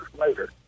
later